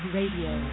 Radio